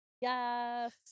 Yes